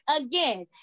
again